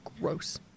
gross